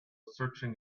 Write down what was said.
searching